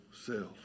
self